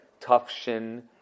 Tufshin